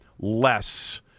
less